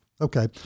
Okay